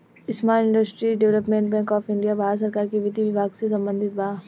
small industries development bank of India Bharat सरकार के विधि विभाग से संबंधित बा